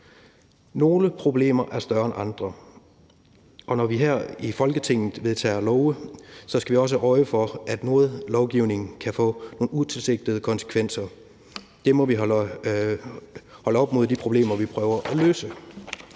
Nogle problemer er større end andre, og når vi her i Folketinget vedtager love, skal vi også have øje for, at noget lovgivning kan få nogle utilsigtede konsekvenser. Det må vi holde op imod de problemer, vi prøver at løse,